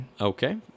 Okay